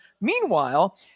Meanwhile